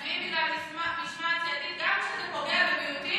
אתם מצביעים בגלל משמעת סיעתית גם כשזה פוגע במיעוטים,